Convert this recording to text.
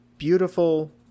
beautiful